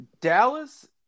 Dallas